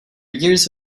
years